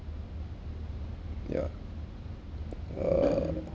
yeah err